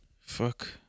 fuck